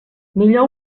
millor